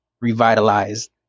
revitalized